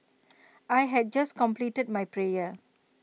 I had just completed my prayer